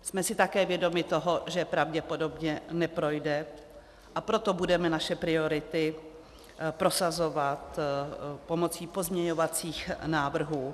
Jsme si také vědomi toho, že pravděpodobně neprojde, a proto budeme naše priority prosazovat pomocí pozměňovacích návrhů.